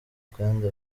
kandi